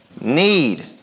need